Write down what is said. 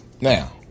Now